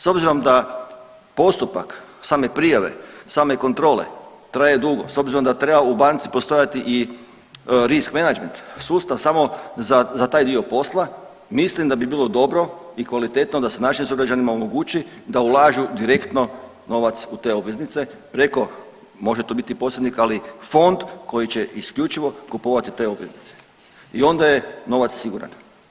S obzirom da postupak same prijave, same kontrole traje dugo, s obzirom da treba u banci postojati i risk menadžment, sustav samo za taj dio posla, mislim da bi bilo dobro i kvalitetno da se našim sugrađanima omogući da ulažu direktno novac u te obveznice preko, može to biti posrednik, ali fond koji će isključivo kupovati te obveznice i onda je novac siguran.